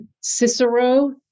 Cicero